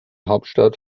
hauptstadt